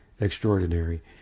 extraordinary